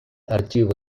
archivo